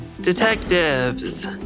Detectives